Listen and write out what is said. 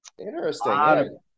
Interesting